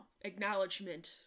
acknowledgement